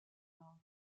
marne